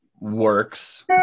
works